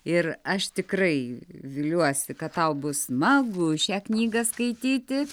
ir aš tikrai viliuosi kad tau bus smagu šią knygą skaityti